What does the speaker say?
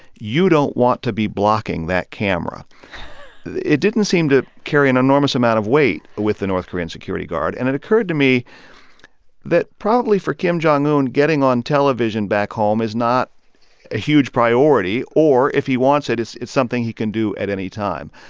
you don't want to be blocking that camera it didn't seem to carry an enormous amount of weight with the north korean security guard. and it occurred to me that probably for kim jong un, getting on television back home is not a huge priority. or if he wants it, it's it's something he can do at any time.